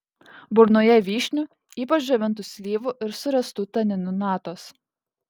burnoje vyšnių ypač džiovintų slyvų ir suręstų taninų natos